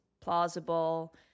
plausible